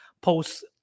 post